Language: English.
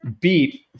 beat